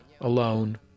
alone